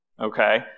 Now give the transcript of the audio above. okay